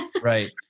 Right